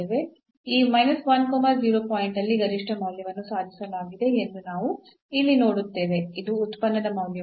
ಈ ಪಾಯಿಂಟ್ ಅಲ್ಲಿ ಗರಿಷ್ಠ ಮೌಲ್ಯವನ್ನು ಸಾಧಿಸಲಾಗಿದೆ ಎಂದು ನಾವು ಇಲ್ಲಿ ನೋಡುತ್ತೇವೆ ಇದು ಉತ್ಪನ್ನದ ಮೌಲ್ಯವು